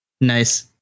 Nice